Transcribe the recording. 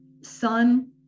son